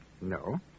No